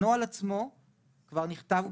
הנוהל עצמו כבר נכתב.